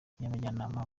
abajyanama